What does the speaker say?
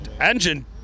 engine